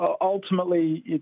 Ultimately